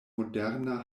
moderna